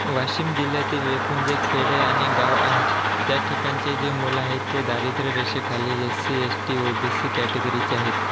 वाशिम जिल्ह्यातील एकूण जे खेडे आणि गावं आहेत त्या ठिकाणचे जे मुलं आहेत ते दारिद्र्यरेषेखाली S C S T O B C कॅटेगरीचे आहेत